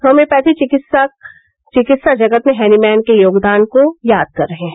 homeopathy चिकित्सक चिकित्सा जगत में हेनिमैन के योगदान को याद कर रहे हैं